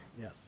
Yes